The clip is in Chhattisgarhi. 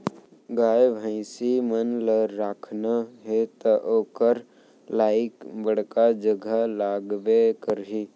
गाय भईंसी मन ल राखना हे त ओकर लाइक बड़का जघा लागबे करही